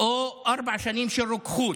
או לארבע שנים של רוקחות?